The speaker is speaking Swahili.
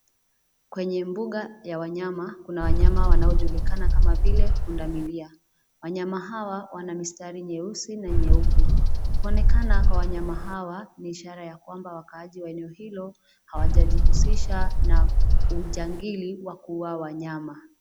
Kwenye mbuga ya wanyama, kuna wanyama wanaojulikana kama vile punda milia. Wanyama hawa wana mistari nyeusi na nyeupe . Kuonekana kwa wanyama hawa, ni ishara ya kwamba wakaaji wa eneo hilo hawajajihusisha na ujangili wa kuua wanyama.